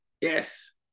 yes